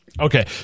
Okay